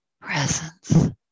presence